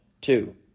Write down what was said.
two